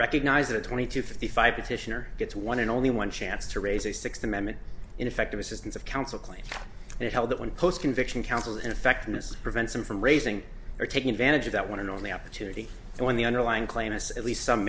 recognizes a twenty to fifty five petitioner gets one and only one chance to raise a sixth amendment ineffective assistance of counsel claim and held that one post conviction counsel ineffectiveness prevents him from raising or taking advantage of that one and only opportunity when the underlying claim is at least some